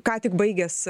ką tik baigęs